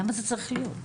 למה זה צריך להיות?